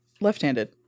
left-handed